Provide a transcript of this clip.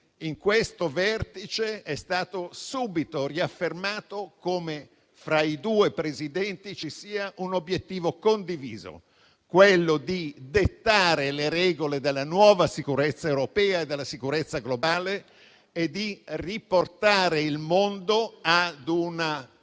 In questo vertice è stato subito riaffermato come fra i due Presidenti ci sia un obiettivo condiviso: dettare le regole della nuova sicurezza europea e della sicurezza globale e riportare il mondo a una